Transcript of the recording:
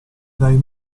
dai